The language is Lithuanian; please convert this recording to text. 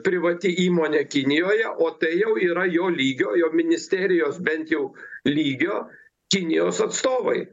privati įmonė kinijoje o tai jau yra jo lygio jo ministerijos bent jau lygio kinijos atstovai